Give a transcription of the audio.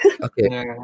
Okay